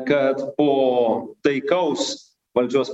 kad po taikaus valdžios